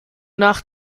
nach